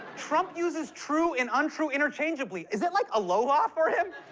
trump uses true and untrue interchangeably. is that like aloha for him?